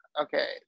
okay